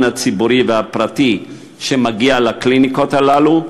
הציבורי והפרטי שמגיע לקליניקות הללו?